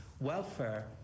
welfare